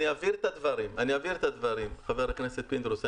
אני אבהיר את הדברים, חבר הכנסת פינדרוס.